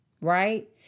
right